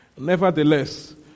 Nevertheless